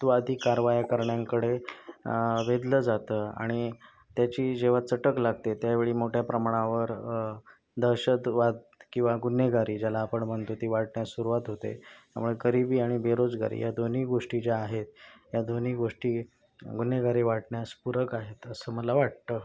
वादी कारवाया करण्याकडे वेधलं जातं आणि त्याची जेव्हा चटक लागते त्यावेळी मोठ्या प्रमाणावर दहशतवाद किंवा गुन्हेगारी ज्याला आपण म्हणतो ती वाढण्यास सुरुवात होते त्यामुळे गरिबी आणि बेरोजगारी या दोन्ही गोष्टी ज्या आहेत या दोन्ही गोष्टी गुन्हेगारी वाढण्यास पूरक आहेत असं मला वाटतं